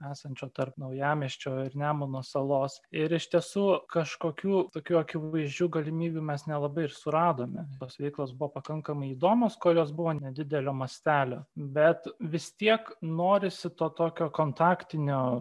esančio tarp naujamiesčio ir nemuno salos ir iš tiesų kažkokių tokių akivaizdžių galimybių mes nelabai ir suradome tos veiklos buvo pakankamai įdomios kol jos buvo nedidelio mastelio bet vis tiek norisi to tokio kontaktinio